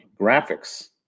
graphics